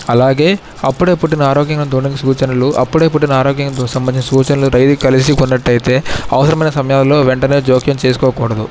అలాగే అప్పుడే పుట్టిన ఆరోగ్యవంతమైన దూడను సూచనలు అప్పుడే పుట్టిన ఆరోగ్యంతో సంబంధించిన సూచనలు డైరీ కలిసి ఉన్నట్టయితే అవసరమైన సమయంలో వెంటనే జోక్యం చేసుకోకూడదు